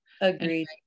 Agreed